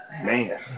man